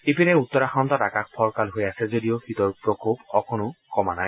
ইপিনে উত্তৰাখণ্ডত আকাশ ফৰকাল হৈ আছে যদিও শীতৰ প্ৰকোপ অকণো কমা নাই